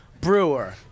Brewer